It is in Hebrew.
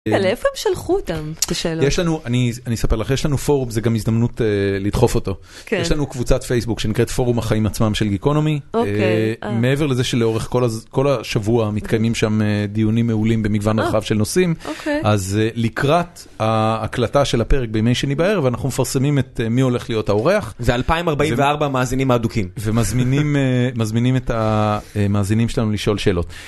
איפה הם שלחו אותם? יש לנו, אני אספר לך, יש לנו פורום, זו גם הזדמנות לדחוף אותו. יש לנו קבוצת פייסבוק שנקראת פורום החיים עצמם של Geekonomy. מעבר לזה שלאורך כל השבוע מתקיימים שם דיונים מעולים במגוון רחב של נושאים. אז לקראת הקלטה של הפרק בימי שני בערב אנחנו מפרסמים את מי הולך להיות האורח. ו-2044 מאזינים האדוקים. ומזמינים את המאזינים שלנו לשאול שאלות.